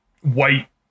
white